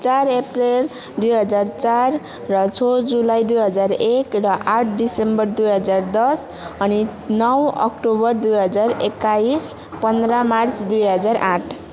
चार अप्रिल दुई हजार चार र छ जुलाई दुई हजार एक र आठ डिसेम्बर दुई हजार दस अनि नौ अक्टोबर दुई हजार एक्काइस पन्ध्र मार्च दुई हजार आठ